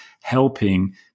helping